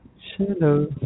hello